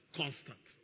constant